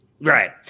Right